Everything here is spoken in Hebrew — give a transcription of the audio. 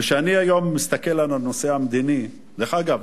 וכשאני היום מסתכל על הנושא המדיני, דרך אגב,